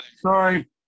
Sorry